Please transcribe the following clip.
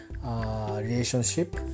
relationship